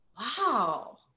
Wow